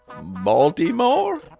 Baltimore